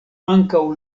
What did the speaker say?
ankaŭ